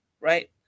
right